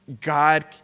God